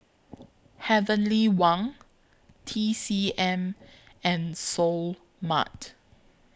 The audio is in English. Heavenly Wang T C M and Seoul Mart